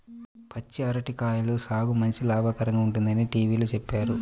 పచ్చి అరటి కాయల సాగు మంచి లాభకరంగా ఉంటుందని టీవీలో చెప్పారు